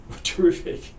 terrific